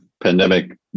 pandemic